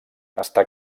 està